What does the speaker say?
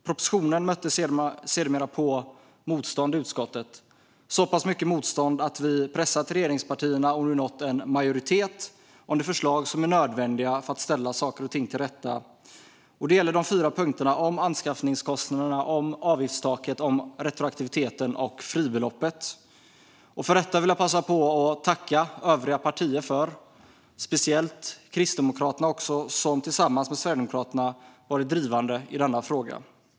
Propositionen mötte sedermera motstånd i utskottet, så pass mycket motstånd att vi pressat regeringspartierna och nu nått en majoritet för de förslag som är nödvändiga för att ställa saker och ting till rätta. Det gäller de fyra punkterna om anskaffningskostnaderna, avgiftstaket, retroaktiviteten och fribeloppet. För detta vill jag passa på att tacka övriga partier, speciellt Kristdemokraterna som tillsammans med SD har varit drivande i denna fråga.